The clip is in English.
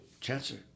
Chancellor